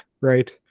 right